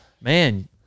Man